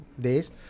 days